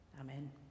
Amen